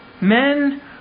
Men